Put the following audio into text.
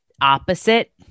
opposite